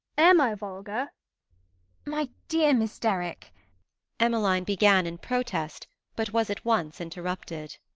am i vulgar my dear miss derrick emmeline began in protest, but was at once interrupted.